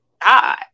God